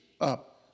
up